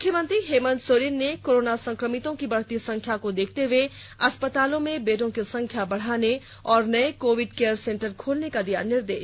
मुख्यमंत्री हेमंत सोरेन ने कोरोना संक्रमितों की बढ़ती संख्या को देखते हुए अस्पतालों में बेडों की संख्या बढ़ाने और नए कोविड केयर सेंटर खोलने का दिया निर्देश